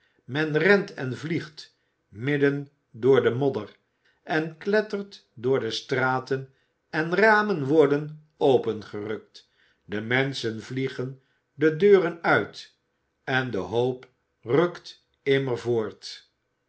men rent en vliegt midden door de modder en klettert door de straten de ramen worden opengerukt de menschen vliegen de deuren uit en de hoop rukt immer voort